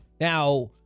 Now